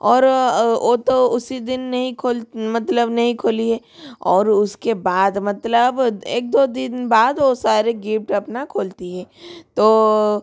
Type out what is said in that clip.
और वो तो उसी दिन नहीं खोल मतलब नहीं खोली है और उसके बाद मतलब एक दो दिन बाद वो सारे गिप्ट अपना खोलती है तो